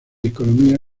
economía